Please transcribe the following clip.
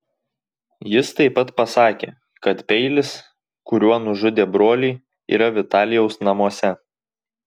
jis taip pat pasakė kad peilis kuriuo nužudė brolį yra vitalijaus namuose